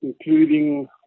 including